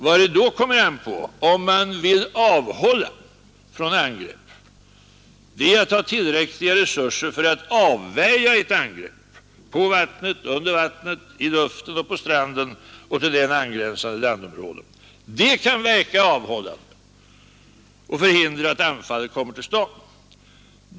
Vad det då kommer an på, om man vill avhålla från angrepp, det är att ha tillräckliga resurser för att avvärja ett angrepp genom egna motaktioner på vattnet, under vattnet, i luften och på stranden och till den gränsande landområden. Det kan verka avhållande och förhindra att anfallet kommer till stånd.